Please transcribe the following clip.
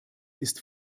ist